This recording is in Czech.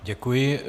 Děkuji.